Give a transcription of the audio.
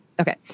okay